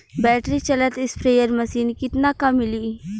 Battery चलत sprayer machine कितना क मिली?